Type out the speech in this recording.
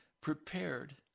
prepared